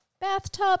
bathtub